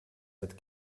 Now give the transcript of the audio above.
that